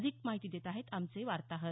अधिक माहिती देत आहेत आमचे वार्ताहर